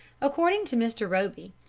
according to mr. roby,